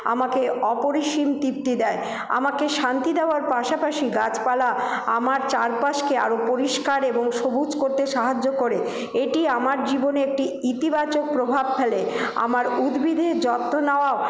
আমাকে অপরিসীম তৃপ্তি দেয় আমাকে শান্তি দেওয়ার পাশাপাশি গাছপালা আমার চারপাশকে আরও পরিষ্কার এবং সবুজ করতে সাহায্য করে এটি আমার জীবনে একটি ইতিবাচক প্রভাব ফেলে আমার উদ্ভিদের যত্ন নেওয়াও